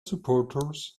supporters